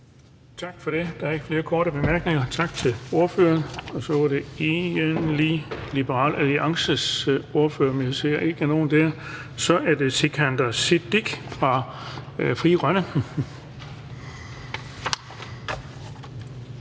Tak for det. Der er ikke flere korte bemærkninger. Tak til ordføreren, og så er det egentlig Liberal Alliances ordfører, men jeg ser ikke nogen der. Så er det Sikandar Siddique fra Frie Grønne.